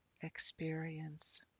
experience